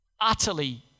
Utterly